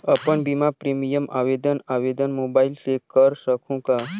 अपन बीमा प्रीमियम आवेदन आवेदन मोबाइल से कर सकहुं का?